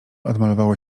odmalowało